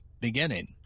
beginning